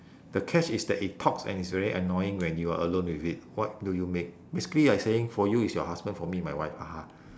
the catch is that it talks and it's very annoying when you are alone with it what do you make basically like saying for you it's your husband for me my wife haha